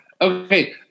Okay